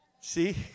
See